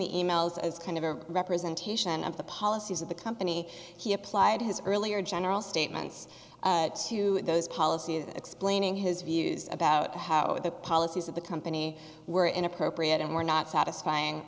the e mails as kind of a representation of the policies of the company he applied his earlier general statements to those policies explaining his views about how the policies of the company were inappropriate and were now satisfying